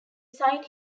signed